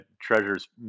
treasures